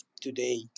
today